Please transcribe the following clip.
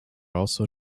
also